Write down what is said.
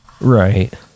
Right